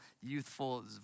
youthful